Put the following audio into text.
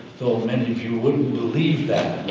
though many of you wouldn't believe